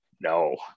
No